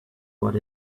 what